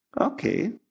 okay